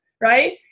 right